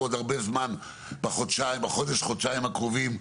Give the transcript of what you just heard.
עוד הרבה זמן בחודש-חודשיים הקרובים,